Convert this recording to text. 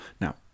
Now